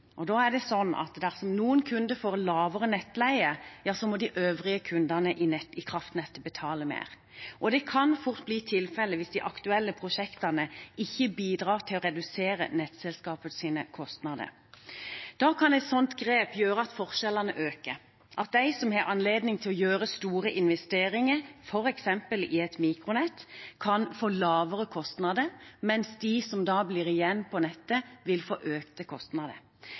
og dersom noen kunder får lavere nettleie, må de øvrige kundene i kraftnettet betale mer. Det kan fort bli tilfellet hvis de aktuelle prosjektene ikke bidrar til å redusere nettselskapets kostnader. Da kan et sånt grep gjøre at forskjellene øker, at de som har anledning til å gjøre store investeringer, f.eks. i et mikronett, kan få lavere kostnader, mens de som blir igjen på nettet, vil få økte kostnader.